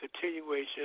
continuation